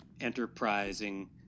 enterprising